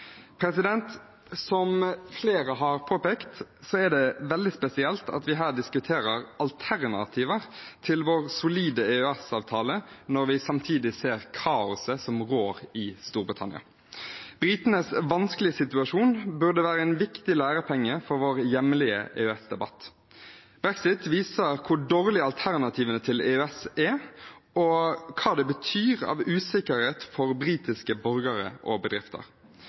Som flere har påpekt, er det veldig spesielt at vi her diskuterer alternativer til vår solide EØS-avtale når vi samtidig ser kaoset som rår i Storbritannia. Britenes vanskelige situasjon burde være en viktig lærepenge for vår hjemlige EØS-debatt. Brexit viser hvor dårlige alternativene til EØS er, og hva det betyr av usikkerhet for britiske borgere og bedrifter.